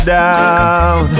down